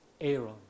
Aaron